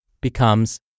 becomes